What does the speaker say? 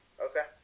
Okay